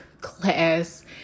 class